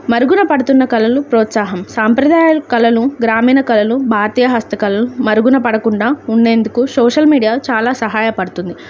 మరుగున పడుతున్న కళలు ప్రోత్సాహం సాంప్రదాయాాల కళలు గ్రామీణ కళలు భారతీయ హస్త కళలు మరుగున పడకుండా ఉండేందుకు సోషల్ మీడియా చాలా సహాయపడుతుంది